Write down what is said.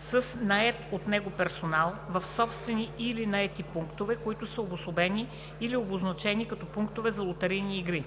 с нает от него персонал в собствени или наети пунктове, които са обособени и обозначени като пунктове за лотарийни игри.“